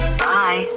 bye